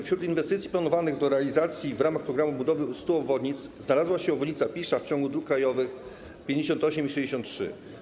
Wśród inwestycji planowanych do realizacji w ramach programu budowy 100 obwodnic znalazła się obwodnica Pisza w ciągu dróg krajowych 58 i 63.